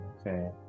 Okay